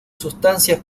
sustancias